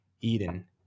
Eden